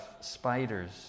spiders